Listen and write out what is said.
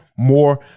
More